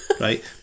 Right